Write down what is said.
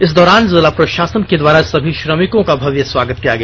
इस दौरान जिला प्रशासन के द्वारा सभी श्रमिकों का भव्य स्वागत किया गया